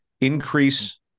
increase